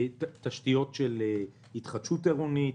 תשתיות בתחום של התחדשות עירונית,